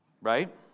right